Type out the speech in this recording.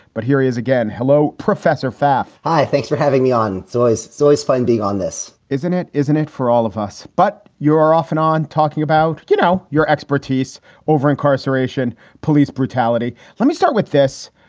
but here he is again. hello, professor pfaff hi. thanks for having me on. so is so sois finding on this, isn't it isn't it for all of us. but you are often on talking about, you know, your expertise over incarceration, police brutality. let me start with this.